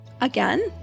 Again